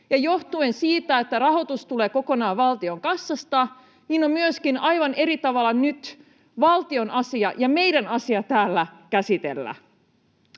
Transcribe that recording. johtuen siitä, että rahoitus tulee kokonaan valtion kassasta, se on myöskin aivan eri tavalla nyt valtion asia ja meidän asiamme täällä käsitellä.